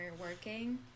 working